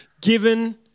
given